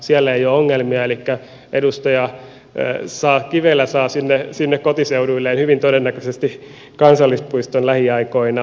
siellä ei ole ongelmia elikkä edustaja kivelä saa sinne kotiseuduilleen hyvin todennäköisesti kansallispuiston lähiaikoina